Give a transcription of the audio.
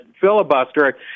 filibuster